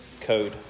code